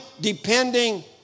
depending